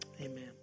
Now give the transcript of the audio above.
Amen